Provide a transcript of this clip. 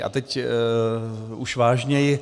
A teď už vážněji.